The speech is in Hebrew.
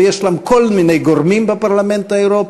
ויש שם כל מיני גורמים בפרלמנט האירופי,